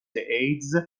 ایدز